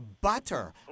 butter